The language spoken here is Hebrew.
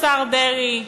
השר דרעי,